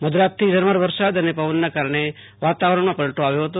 મધરાતથી ઝરમર વરસાદ અને પવનના કારણે વાતાવરણમાં પલટો આવ્યો હતો